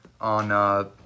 on